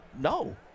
No